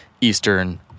eastern